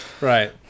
right